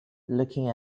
looking